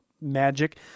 magic